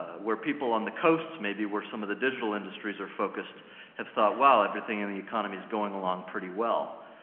where people on the coasts, maybe, where some of the digital industries are focused have thought, wow, everything in the economy is going along pretty well.